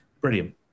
brilliant